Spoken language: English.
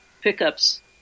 pickups